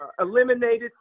eliminated